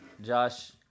Josh